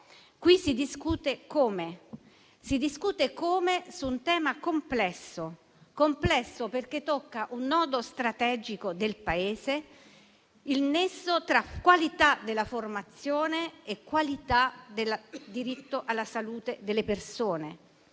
inviso a tutti. Qui si discute su un tema complesso, perché tocca un nodo strategico del Paese: il nesso tra qualità della formazione e qualità del diritto alla salute delle persone,